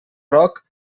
roc